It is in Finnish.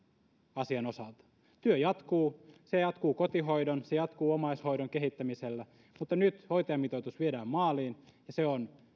asian osalta työ jatkuu se jatkuu kotihoidon se jatkuu omaishoidon kehittämisellä mutta nyt hoitajamitoitus viedään maaliin ja se on